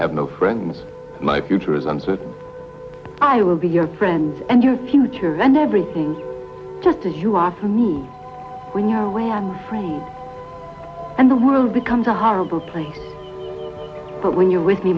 no friends my future is uncertain i will be your friends and your future and everything just as you are for me when you're away i'm free and the world becomes a horrible place but when you're with me